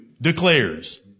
declares